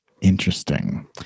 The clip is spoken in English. Interesting